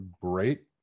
great